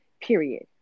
Period